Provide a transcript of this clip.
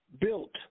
built